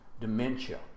dementia